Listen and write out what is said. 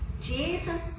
Jesus